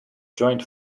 joint